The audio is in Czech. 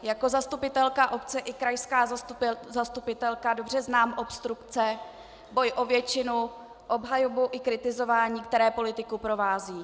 Jako zastupitelka obce i krajská zastupitelka dobře znám obstrukce, boj o většinu, obhajobu i kritizování, které politiku provází.